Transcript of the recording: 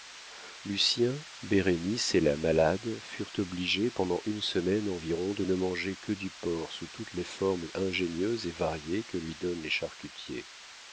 lucien bérénice et la malade furent obligés pendant une semaine environ de ne manger que du porc sous toutes les formes ingénieuses et variées que lui donnent les charcutiers